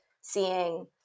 seeing